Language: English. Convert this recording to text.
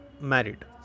married